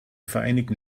vereinigten